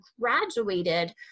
graduated